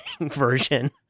version